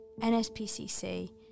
NSPCC